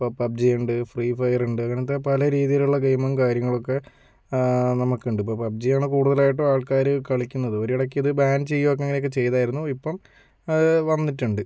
ഇപ്പോൾ പബ്ജി ഉണ്ട് free fire ഉണ്ട് അങ്ങനത്തെ പല രീതിയിലുള്ള ഗെയിമും കാര്യങ്ങളൊക്കെ നമുക്കുണ്ട് ഇപ്പോൾ പബ്ജിയാണ് കൂടുതലായിട്ടും ആൾക്കാര് കളിക്കുന്നത് ഒരിടയ്ക്ക് ഇത് ബാൻ ചെയ്യുകയോ അങ്ങനെയൊക്കെ ചെയ്തായിരുന്നു ഇപ്പോൾ വന്നിട്ടുണ്ട്